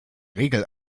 regel